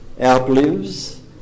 outlives